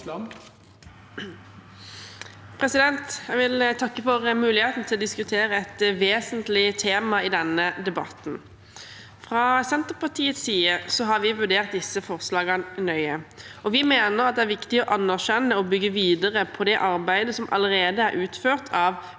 Jeg vil takke for muligheten til å diskutere et vesentlig tema i denne debatten. Fra Senterpartiets side har vi vurdert disse forslagene nøye. Vi mener det er viktig å anerkjenne og bygge videre på det arbeidet som allerede er utført av